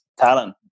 talent